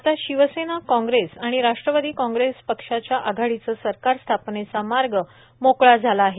आता शिवसेना काँग्रेस आणि राष्ट्रवादी काँग्रेस पक्षाच्या आघाडीचं सरकार स्थापनेचा मार्ग मोकळा झाला आहे